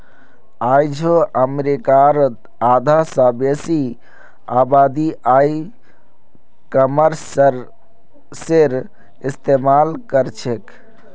आइझो अमरीकार आधा स बेसी आबादी ई कॉमर्सेर इस्तेमाल करछेक